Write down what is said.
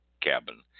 cabin